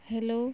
hello